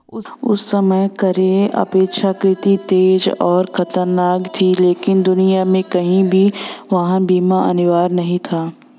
उस समय कारें अपेक्षाकृत तेज और खतरनाक थीं, लेकिन दुनिया में कहीं भी वाहन बीमा अनिवार्य नहीं था